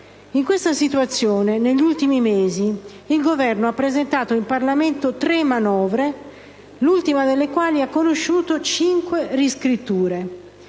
In questa situazione, negli ultimi mesi, il Governo ha presentato in Parlamento tre manovre, l'ultima delle quali ha conosciuto cinque riscritture.